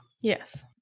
Yes